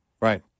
right